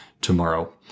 tomorrow